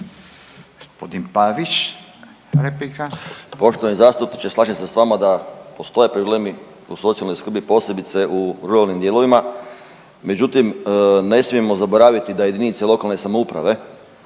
Gospodin Pavić replika.